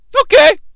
Okay